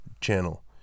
channel